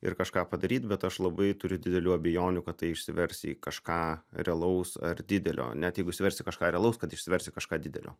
ir kažką padaryt bet aš labai turiu didelių abejonių kad tai išsivers į kažką realaus ar didelio net jeigu išsivers į kažką realaus kad išsivers į kažką didelio